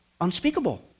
unspeakable